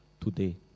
today